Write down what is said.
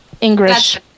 English